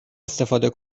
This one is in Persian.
استفاده